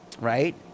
right